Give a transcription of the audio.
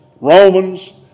Romans